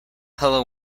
hello